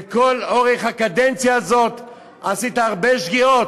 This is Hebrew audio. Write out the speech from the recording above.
לכל אורך הקדנציה הזאת עשית הרבה שגיאות,